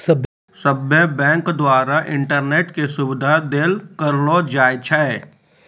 सभ्भे बैंको द्वारा इंटरनेट के सुविधा देल करलो जाय छै